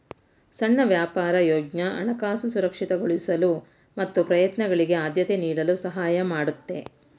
ಸಣ್ಣ ವ್ಯಾಪಾರ ಯೋಜ್ನ ಹಣಕಾಸು ಸುರಕ್ಷಿತಗೊಳಿಸಲು ಮತ್ತು ಪ್ರಯತ್ನಗಳಿಗೆ ಆದ್ಯತೆ ನೀಡಲು ಸಹಾಯ ಮಾಡುತ್ತೆ